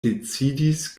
decidis